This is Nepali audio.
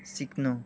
सिक्नु